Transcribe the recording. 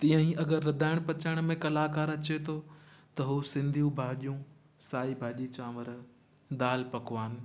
तीअं ही अगरि रधाइण पचाइण में कलाकार अचे थो त हू सिंधियूं भाॼियूं साई भाॼी चांवरु दालि पकवान